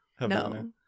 No